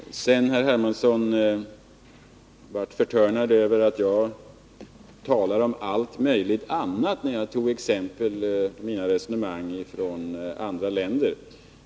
Herr Hermansson blev förtörnad över att jag talade om ”allt möjligt annat” när jag i mina resonemang tog exempel från andra länder.